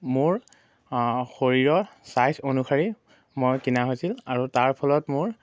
মোৰ শৰীৰৰ চাইজ অনুসৰি মই কিনা হৈছিল আৰু তাৰ ফলত মোৰ